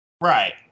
Right